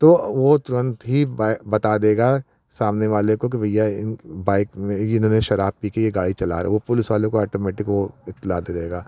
तो वह तुरंत ही बता देगा सामने वाले को कि भैया बाइक में इन्होंने शराब पी कर यह गाड़ी चला रहे वह पुलिस वाले को आटोमेटिक वह इतला दे देगा